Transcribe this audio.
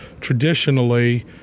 traditionally